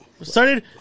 started